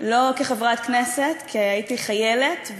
לא כחברת כנסת, כשהייתי חיילת,